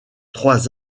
trois